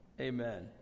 amen